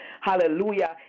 hallelujah